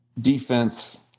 defense